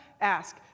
ask